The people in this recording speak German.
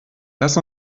lass